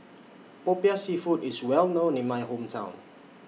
Popiah Seafood IS Well known in My Hometown